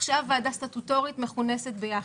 עכשיו ועדה סטטוטורית מכונסת ביחד.